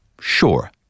Sure